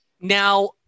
Now